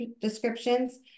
descriptions